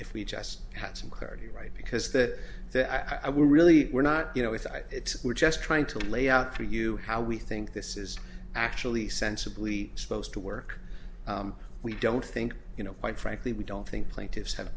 if we just had some clarity right because that i would really we're not you know with it we're just trying to lay out to you how we think this is actually sensibly supposed to work we don't think you know quite frankly we don't think plaintiffs have